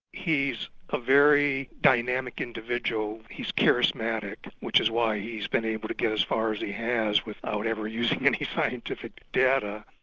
he's a very dynamic individual, he's charismatic which is why he's been able to get as far as he has without ever using any scientific data.